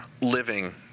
living